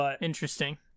Interesting